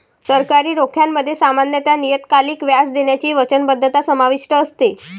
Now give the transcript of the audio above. सरकारी रोख्यांमध्ये सामान्यत नियतकालिक व्याज देण्याची वचनबद्धता समाविष्ट असते